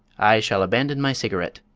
i shall abandon my cigarette,